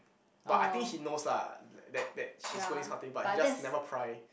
but I think he knows lah like that that she's going this kind of thing but he just never pry